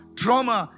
trauma